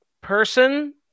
person